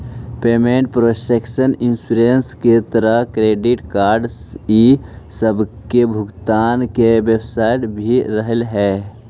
payment protection insurance के तहत credit card इ सब के भुगतान के व्यवस्था भी रहऽ हई